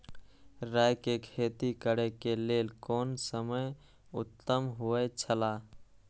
राय के खेती करे के लेल कोन समय उत्तम हुए छला?